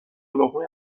لقمه